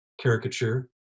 caricature